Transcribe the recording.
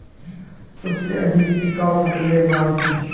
सबसे अधिक टिकाऊ फसलेर नाम की?